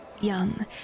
young